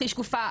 הכי שקופה,